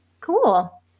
Cool